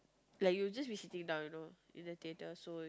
like you just be sitting down you know in the theaters so